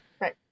Right